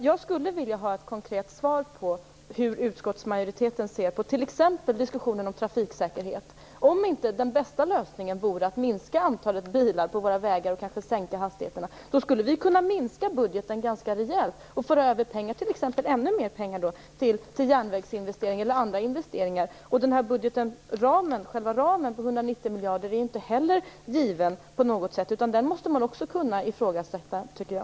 Jag skulle vilja ha ett konkret svar på hur utskottsmajoriteten ser på t.ex. diskussionen om trafiksäkerhet. Vore inte den bästa lösningen att minska antalet bilar på våra vägar och kanske sänka hastigheterna? Då skulle vi kunna minska budgeten ganska rejält och föra över ännu mer pengar till järnvägsinvesteringar eller andra investeringar. Själva ramen på 190 miljarder är inte heller given på något sätt. Den måste man också kunna ifrågasätta, tycker jag.